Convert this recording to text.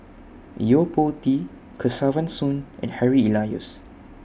Yo Po Tee Kesavan Soon and Harry Elias